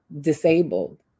disabled